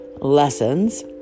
Lessons